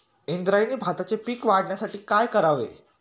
इंद्रायणी भाताचे पीक वाढण्यासाठी काय करावे?